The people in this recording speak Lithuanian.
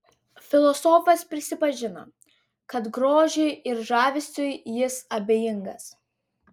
filosofas prisipažino kad grožiui ir žavesiui jis abejingas